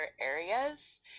areas